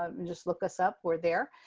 um just look us up. we're there.